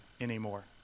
anymore